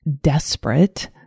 desperate